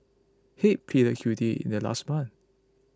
head pleaded guilty in their last month